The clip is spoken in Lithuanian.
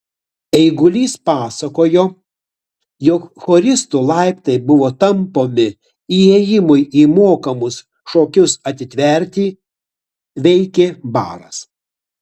eigulys pasakojo jog choristų laiptai buvo tampomi įėjimui į mokamus šokius atitverti veikė baras